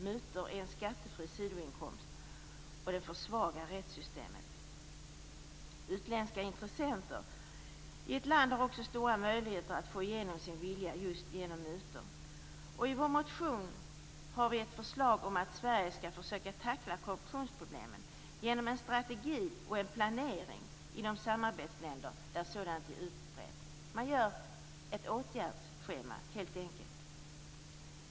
Mutor är en skattefri sidoinkomst som försvagar rättssystemet. Utländska intressenter i ett land har också stora möjligheter att få igenom sin vilja just genom mutor. I vår motion har vi ett förslag om att Sverige skall försöka tackla korruptionsproblemen genom en strategi och en planering i de samarbetsländer där sådant är utbrett. Man gör helt enkelt ett åtgärdsschema.